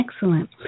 Excellent